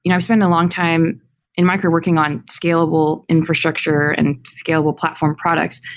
you know i spend a long time in my career working on scalable infrastructure and scalable platform products.